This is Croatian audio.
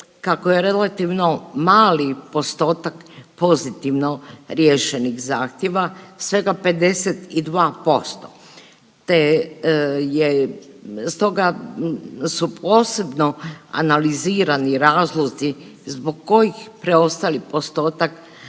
kako je relativno mali postotak pozitivno riješenih zahtjeva, svega 52%, te je, stoga su posebno analizirani razlozi zbog kojih preostali postotak